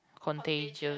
contagious